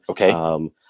Okay